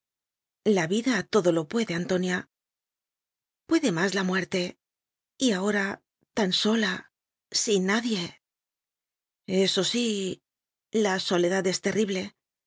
la vida todo lo puede antonia puede más la muerte y ahora tan sola sin nadie eso sí la soledad es terrible